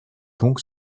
donc